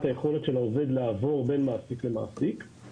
היכולת של העובד לעבור בין מעסיק למעסיק,